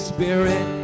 Spirit